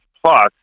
plus